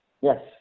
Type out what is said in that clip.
Yes